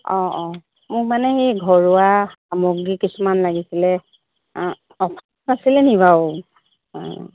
অ' অ' মোক মানে সেই ঘৰুৱা সামগ্ৰী কিছুমান লাগিছিলে অ' অফাৰ আছিলে নি বাৰু